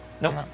Nope